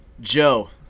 Joe